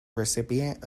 recipient